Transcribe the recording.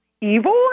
evil